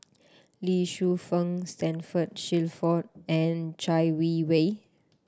Lee Shu Fen Standford Shelford and Chai Yee Wei